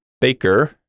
Baker